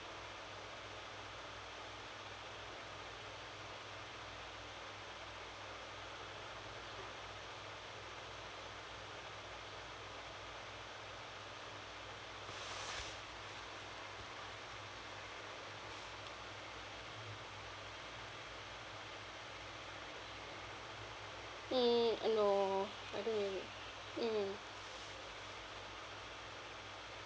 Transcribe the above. !ee! uh no I think never mmhmm